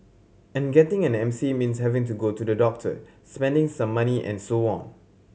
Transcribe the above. and getting an M C means having to go to the doctor spending some money and so on